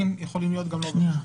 זאת אומרת,